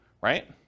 right